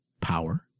Power